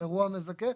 אירוע מזכה,